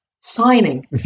signing